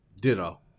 Ditto